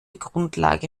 grundlage